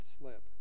slip